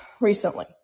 recently